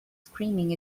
screaming